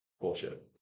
bullshit